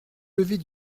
lever